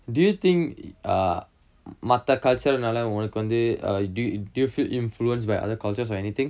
do you think uh மத்த:matha culture னால ஒனக்கு வந்து:nala onakku vanthu uh do you feel do you feel influenced by other cultures or anything